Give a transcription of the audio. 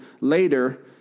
later